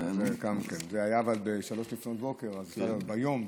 אבל זה היה ב-03:00, אז היום,